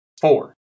Four